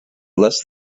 less